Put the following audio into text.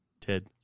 Ted